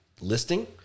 listing